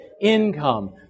income